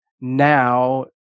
now